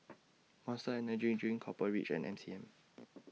Monster Energy Drink Copper Ridge and M C M